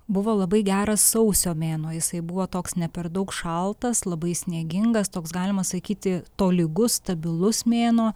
buvo labai geras sausio mėnuo jisai buvo toks ne per daug šaltas labai sniegingas toks galima sakyti tolygus stabilus mėnuo